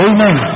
Amen